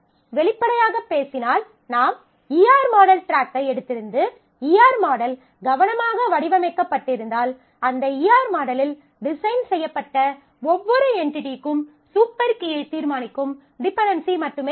வெளிப்படையாக பேசினால் நாம் ER மாடல் டிராக்கை எடுத்திருந்து ER மாடல் கவனமாக வடிவமைக்கப்பட்டிருந்தால் அந்த ER மாடலில் டிசைன் செய்யப்பட்ட ஒவ்வொரு என்டிடிக்கும் சூப்பர் கீயை தீர்மானிக்கும் டிபென்டென்சி மட்டுமே இருக்கும்